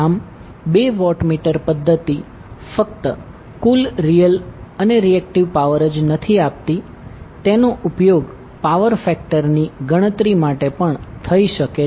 આમ બે વોટમીટર પધ્ધતિ ફક્ત કુલ રીયલ અને રીએક્ટીવ પાવર જ નથી આપતી તેનો ઉપયોગ પાવર ફેક્ટરની ગણતરી માટે પણ થઈ શકે છે